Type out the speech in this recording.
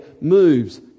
moves